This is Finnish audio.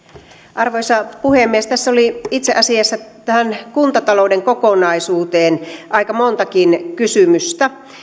arvoisa puhemies tässä oli itse asiassa tähän kuntatalouden kokonaisuuteen liittyen aika montakin kysymystä